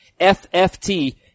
FFT